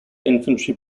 infantry